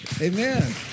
Amen